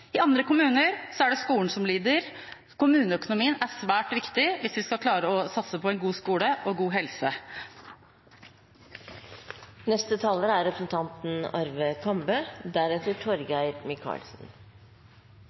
I andre kommuner er det skolen som lider. Kommuneøkonomien er svært viktig hvis vi skal klare å satse på en god skole og god helse.